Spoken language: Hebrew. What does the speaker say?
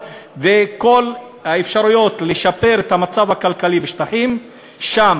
כל הדרכים לשפר את המצב הכלכלי בשטחים שם.